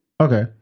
Okay